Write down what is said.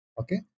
Okay